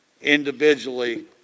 individually